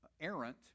errant